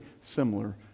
similar